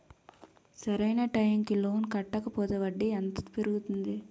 సరి అయినా టైం కి లోన్ కట్టకపోతే వడ్డీ ఎంత పెరుగుతుంది?